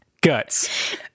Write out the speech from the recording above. Guts